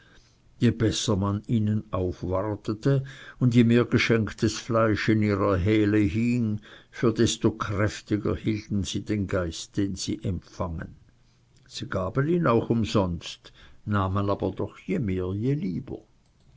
je besser man ihnen aufwartete und je mehr geschenktes fleisch in ihrer hele hing für desto kräftiger hielten sie den geist den sie empfangen sie gaben ihn auch umsonst nahmen aber doch je mehr je lieber